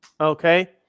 Okay